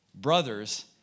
brothers